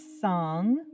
song